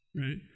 right